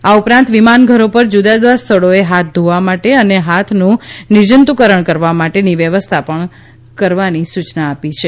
આ ઉપરાંત વિમાન ઘરો પર જુદા જુદા સ્થળોએ હાથ ધોવા માટે અને હાથનું નિર્જન્તુકરણ કરવા માટેની વ્યવસ્થા કરવાની પણ સુચના આપી છે